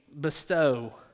bestow